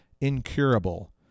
incurable